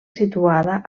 situada